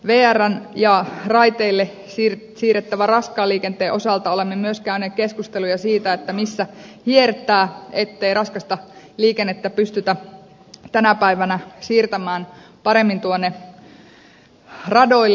vrn ja raiteille siirrettävän raskaan liikenteen osalta olemme myös käyneet keskusteluja siitä missä hiertää ettei raskasta liikennettä pystytä tänä päivänä siirtämään paremmin tuonne radoille